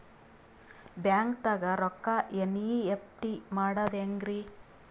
ಬ್ಯಾಂಕ್ದಾಗ ರೊಕ್ಕ ಎನ್.ಇ.ಎಫ್.ಟಿ ಮಾಡದ ಹೆಂಗ್ರಿ?